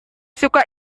suka